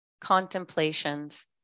Contemplations